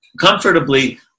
comfortably